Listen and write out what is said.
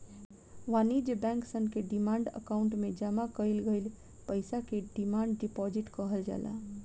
वाणिज्य बैंक सन के डिमांड अकाउंट में जामा कईल गईल पईसा के डिमांड डिपॉजिट कहल जाला